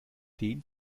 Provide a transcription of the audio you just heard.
den